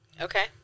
okay